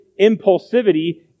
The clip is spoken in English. impulsivity